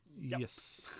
yes